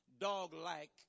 dog-like